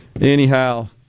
anyhow